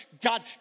God